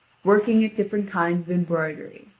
working at different kinds of embroidery.